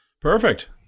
Perfect